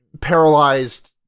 paralyzed